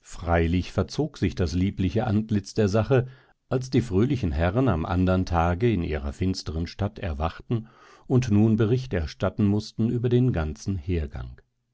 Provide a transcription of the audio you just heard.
freilich verzog sich das liebliche antlitz der sache als die fröhlichen herren am andern tage in ihrer finsteren stadt erwachten und nun bericht erstatten mußten über den ganzen hergang